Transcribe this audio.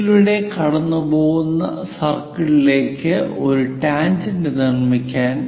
P യിലൂടെ കടന്നുപോകുന്ന സർക്കിളിലേക്ക് ഒരു ടാൻജെന്റ് നിർമിക്കാൻ